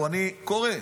אני קורא,